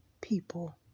people